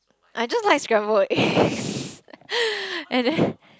I just like scrambled eggs and then